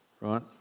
right